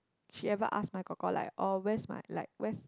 she ever ask my kor kor like oh where's my where's